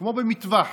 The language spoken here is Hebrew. כמו במטווח,